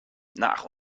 nach